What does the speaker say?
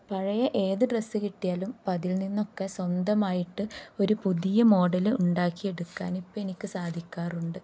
പഴയ ഏത് ഡ്രസ്സ് കിട്ടിയാലും ഇപ്പോഴതിൽ നിന്നൊക്കെ സ്വന്തമായിട്ട് ഒരു പുതിയ മോഡല് ഉണ്ടാക്കിയെടുക്കാനിപ്പോള് എനിക്കു സാധിക്കാറുണ്ട്